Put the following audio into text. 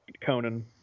Conan